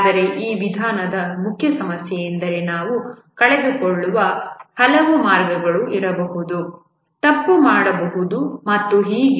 ಆದರೆ ಈ ವಿಧಾನದ ಮುಖ್ಯ ಸಮಸ್ಯೆಯೆಂದರೆ ನಾವು ಕಳೆದುಕೊಳ್ಳುವ ಹಲವು ಮಾರ್ಗಗಳು ಇರಬಹುದು ತಪ್ಪು ಮಾಡಬಹುದು ಮತ್ತು ಹೀಗೆ